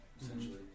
essentially